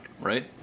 right